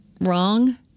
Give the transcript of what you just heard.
...wrong